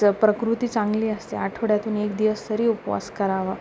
जर प्रकृती चांगली असते आठवड्यातून एक दिवस तरी उपवास करावा